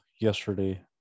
yesterday